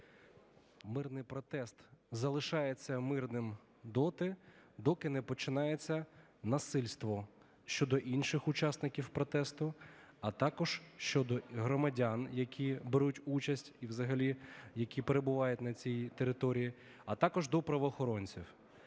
Мирний протест залишається мирним доти, доки не починається насильство щодо інших учасників протесту, а також щодо громадян, які беруть участь, і взагалі, які перебувають на цій території, а також до правоохоронців.